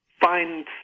find